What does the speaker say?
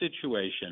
situation